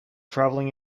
traveling